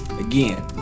Again